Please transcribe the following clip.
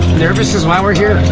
nervous is why we're here.